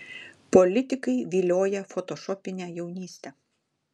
politikai vilioja fotošopine jaunyste